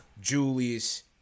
Julius